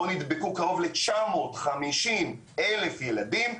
בו נדבקו קרוב ל-950 אלף ילדים,